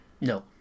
No